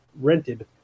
rented